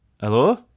Hello